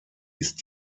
ist